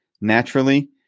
naturally